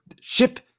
ship